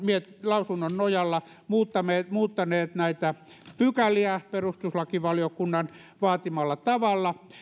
lausunnon nojalla muuttaneet näitä pykäliä perustuslakivaliokunnan vaatimalla tavalla